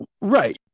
Right